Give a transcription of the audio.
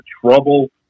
trouble